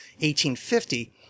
1850